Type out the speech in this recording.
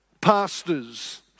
pastors